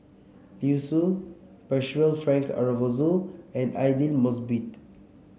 Liu Si Percival Frank Aroozoo and Aidli Mosbit